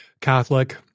Catholic